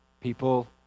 People